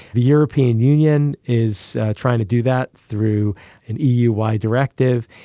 the european union is trying to do that through an eu wide directive.